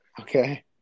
Okay